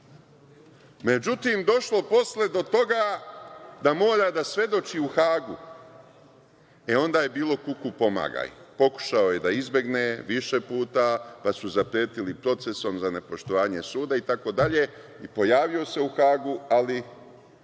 Međutim, došlo posle do toga da mora da svedoči u Hagu. Onda je bilo – kuku, pomagaj. Pokušao je da izbegne više puta, pa su zapretili procesom za nepoštovanje suda itd. Pojavio se u Hagu, ali